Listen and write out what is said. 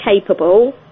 capable